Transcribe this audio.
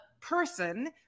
person